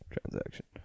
transaction